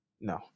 No